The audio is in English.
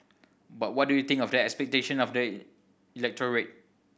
but what do you think of the expectation of the electorate